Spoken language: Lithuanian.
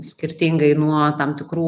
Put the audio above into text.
skirtingai nuo tam tikrų